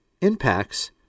impacts